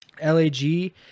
lag